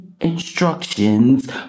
instructions